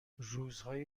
روزهای